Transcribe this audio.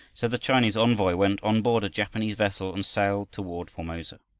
so the chinese envoy went on board a japanese vessel and sailed toward formosa.